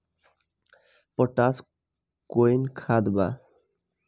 Potash कोउन खाद बा?